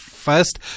First